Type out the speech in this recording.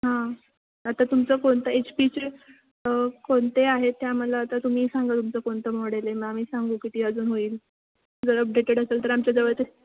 हां आता तुमचं कोणता एच पीचे कोणते आहे त्या मग आता तुम्ही सांगा तुमचं कोणतं मॉडेल मग आम्ही सांगू की ती अजून होईल जर अपडेटेड असेल तर आमच्या जवळ ते